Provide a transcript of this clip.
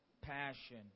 passion